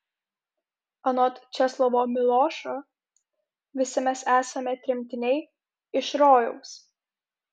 anot česlovo milošo visi mes esame tremtiniai iš rojaus